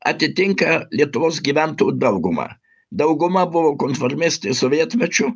atitinka lietuvos gyventojų daugumą dauguma buvo konformistai sovietmečiu